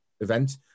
event